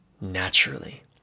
naturally